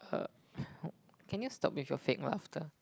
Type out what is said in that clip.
uh can you stop with your fake laughter